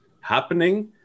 happening